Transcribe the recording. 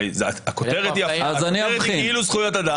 הרי הכותרת היא כאילו זכויות אדם.